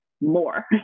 more